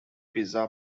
pizza